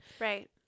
Right